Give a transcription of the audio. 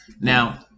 Now